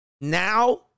Now